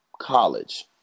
college